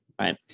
Right